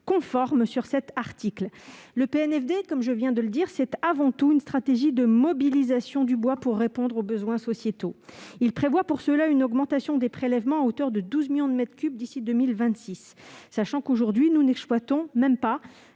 conforme sur cet article. Le PNFB, comme je viens de le souligner, est avant tout une stratégie de mobilisation du bois pour répondre aux besoins sociétaux. Il prévoit pour cela une augmentation des prélèvements à hauteur de 12 millions de mètres cubes d'ici à 2026, sachant qu'aujourd'hui nous n'exploitons même pas